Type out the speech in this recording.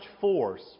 force